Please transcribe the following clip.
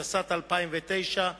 התשס"ט 2009,